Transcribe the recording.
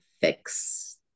fix